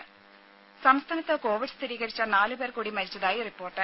രുര സംസ്ഥാനത്ത് കോവിഡ് സ്ഥിരീകരിച്ച നാലുപേർ കൂടി മരിച്ചതായി റിപ്പോർട്ട്